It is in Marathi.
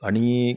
आणि